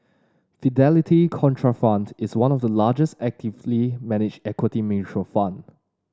Fidelity Contrafund is one of the largest actively managed equity mutual fund